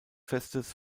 festes